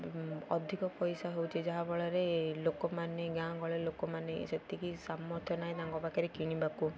ଅଧିକ ପଇସା ହେଉଛି ଯାହାଫଳରେ ଲୋକମାନେ ଗାଁ ଗହଳି ଲୋକମାନେ ସେତିକି ସାମର୍ଥ୍ୟ ନାହିଁ ତାଙ୍କ ପାଖରେ କିଣିବାକୁ